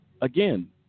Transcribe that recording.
again